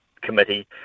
Committee